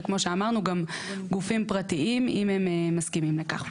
וכמו שאמרנו גם גופים פרטיים אם הם מסכימים לכך.